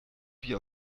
wie